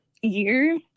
year